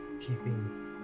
Keeping